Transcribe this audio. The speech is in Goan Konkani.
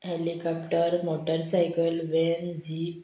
helicopter motorcycle van zip